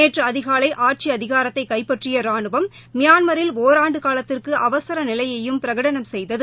நேற்று அதிகாலை ஆட்சி அதிகாரத்தை கைப்பற்றிய ரானுவம் மியான்மரில் ஒராண்டு காலத்திற்கு அவசர நிலையையும் பிரகடனம் செய்தது